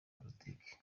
politiki